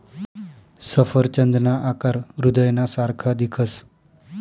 सफरचंदना आकार हृदयना सारखा दिखस